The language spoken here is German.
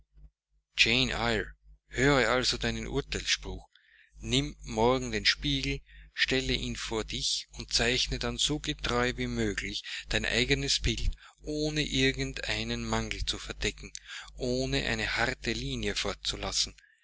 höre also deinen urteilsspruch nimm morgen den spiegel stelle ihn vor dich und zeichne dann so getreu wie möglich dein eignes bild ohne irgend einen mangel zu verdecken ohne eine harte linie fortzulassen